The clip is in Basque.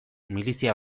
milizia